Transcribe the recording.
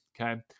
okay